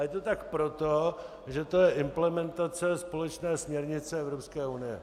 A je to tak proto, že to je implementace společné směrnice Evropské unie.